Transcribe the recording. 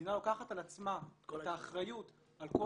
והמדינה לוקחת על עצמה את האחריות על כל